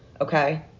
Okay